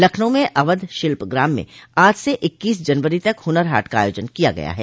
लखनऊ में अवध शिल्पग्राम में आज से इक्कीस जनवरी तक हुनर हाट का आयोजन किया गया है